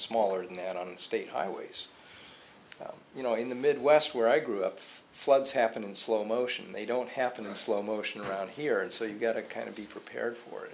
smaller than that on state highways you know in the midwest where i grew up floods happen in slow motion they don't happen in slow motion around here and so you got to kind of be prepared for it